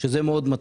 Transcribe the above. וזה מאוד מטריד.